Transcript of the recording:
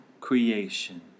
creation